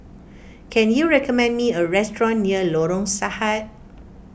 can you recommend me a restaurant near Lorong Sahad